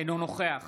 אינו נוכח